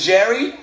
Jerry